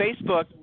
Facebook